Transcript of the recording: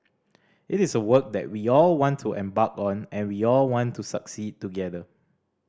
it is a work that we all want to embark on and we all want to succeed together